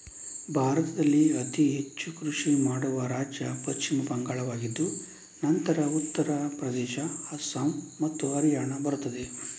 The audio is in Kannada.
ಭಾರತದಲ್ಲಿ ಅತಿ ಹೆಚ್ಚು ಕೃಷಿ ಮಾಡುವ ರಾಜ್ಯ ಪಶ್ಚಿಮ ಬಂಗಾಳವಾಗಿದ್ದು ನಂತರ ಉತ್ತರ ಪ್ರದೇಶ, ಅಸ್ಸಾಂ ಮತ್ತು ಹರಿಯಾಣ ಬರುತ್ತದೆ